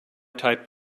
type